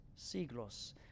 siglos